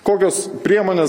kokios priemonės